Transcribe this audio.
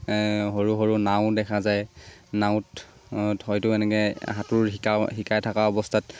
সৰু সৰু নাও দেখা যায় নাৱত হয়তো এনেকৈ সাঁতোৰ শিকা শিকাই থকা অৱস্থাত